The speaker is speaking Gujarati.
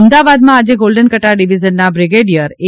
અમદાવાદમાં આજે ગોલ્ડન કટાર ડિવિઝનના બ્રિગેડિયર એ